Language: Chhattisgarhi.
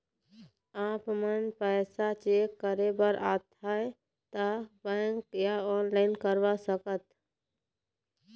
आपमन पैसा चेक करे बार आथे ता बैंक या ऑनलाइन करवा सकत?